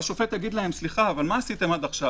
והשופט יגיד להם: מה עשיתם עד עכשיו?